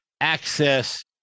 access